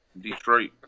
Detroit